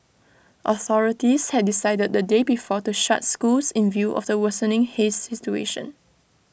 authorities had decided the day before to shut schools in view of the worsening haze situation